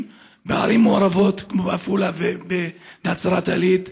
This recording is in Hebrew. בערים מעורבות כמו בעפולה ובנצרת עילית.